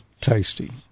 tasty